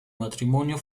matrimonio